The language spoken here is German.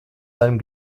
seinem